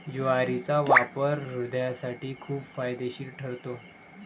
ज्वारीचा वापर हृदयासाठी खूप फायदेशीर ठरतो